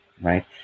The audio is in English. Right